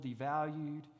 devalued